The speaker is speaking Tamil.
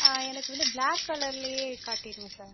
ஆ எனக்கு வந்து பிளாக் கலரிலேயே காட்டிவிடுங்க சார்